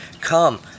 Come